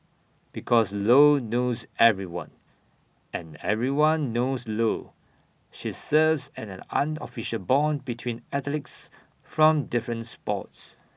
because lo knows everyone and everyone knows lo she serves as an unofficial Bond between athletes from different sports